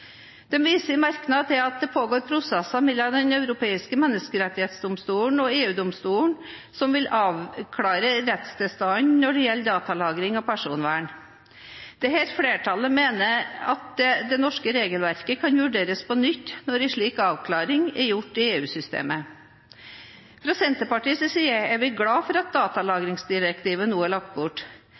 viser i sin merknad til at det pågår prosesser mellom Den europeiske menneskerettsdomstolen og EU-domstolen som vil avklare rettstilstanden når det gjelder datalagring og personvern. Dette flertallet mener at det norske regelverket kan vurderes på nytt når en slik avklaring er gjort i EU-systemet. Fra Senterpartiets side er vi glad for at datalagringsdirektivet nå er lagt bort.